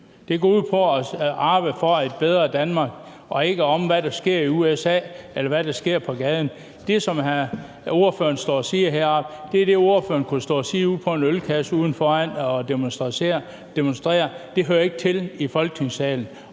Det går ud på at arbejde for et bedre Danmark, og det drejer sig ikke om, hvad der sker i USA, eller hvad der sker på gaden. Det, som ordføreren står og siger heroppe, er det, som ordføreren kunne stå og sige ude på en ølkasse udenfor til en demonstration. Det hører ikke til i Folketingssalen.